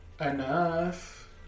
Enough